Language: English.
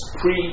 pre